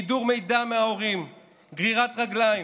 מידור הורים ממידע, גרירת רגליים.